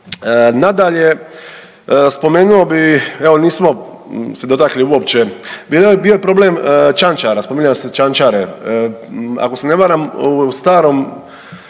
Nadalje, spomenu bi evo nismo se dotakli uopće, bio je problem čančara, spominjalo se čančare ako se na varam u starom,